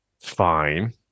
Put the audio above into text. fine